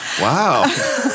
Wow